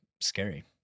scary